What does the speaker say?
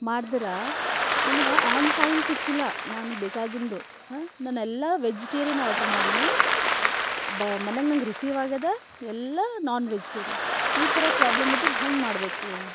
ಮಾಡಿದ್ರಾ ನನಗೆ on time ಸಿಕ್ಕಿಲ್ಲ ನಾನು ಬೇಕಾಗಿದ್ದು ನಾನೆಲ್ಲ ವೆಜಿಟೇರಿಯನ್ ಆಡ್ರು ಮಾಡೀನಿ ಬ ಮನೆಗೆ ನಂಗೆ ರಿಸೀವ್ ಆಗ್ಯದ ಎಲ್ಲ ನಾನ್ ವೆಜಿಟೇರಿಯನ್ ಈ ಥರ ಪ್ರಾಬ್ಲಮ್ ಇದ್ರೆ ಹೆಂಗೆ ಮಾಡಬೇಕು